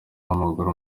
w’amaguru